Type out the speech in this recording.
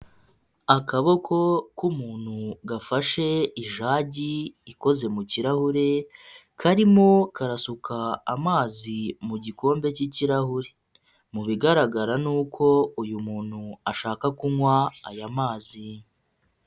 Akaboko k'umuntu gafashe ijagi ikoze mu kirahure karimo karasuka amazi mu gikombe cy'ikirahure. Mu bigaragara ni uko uyu muntu ashaka kunywa aya mazi.